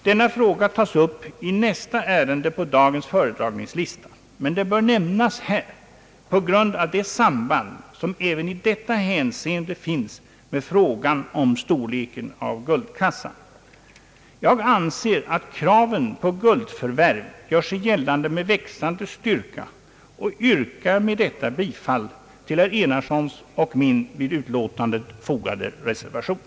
Denna fråga tas upp i nästa ärende på dagens föredragningslista, men den bör nämnas här på grund av det samband som även i detta hänseende finns med frågan om storleken av guldkassan. Jag anser att kraven på guldförvärv gör sig gällande med växande styrka och yrkar med detta bifall till herr Enarssons och min vid utlåtandet fogade reservation.